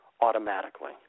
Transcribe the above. automatically